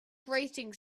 grating